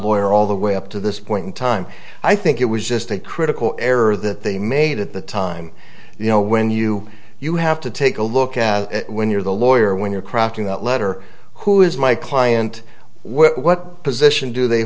where all the way up to this point in time i think it was just a critical error that they made at the time you know when you you have to take a look at when you're the lawyer when you're crafting that letter who is my client what position do they